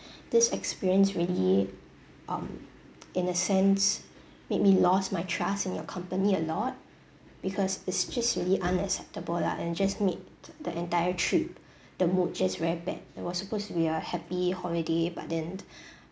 this experience really um in a sense made me lost my trust in your company a lot because it's just really unacceptable lah and just made the entire trip the mood just very bad it was supposed to be a happy holiday but then